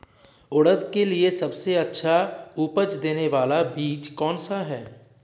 उड़द के लिए सबसे अच्छा उपज देने वाला बीज कौनसा है?